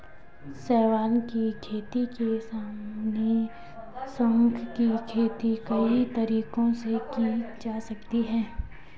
शैवाल की खेती के समान, शंख की खेती कई तरीकों से की जा सकती है